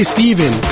Steven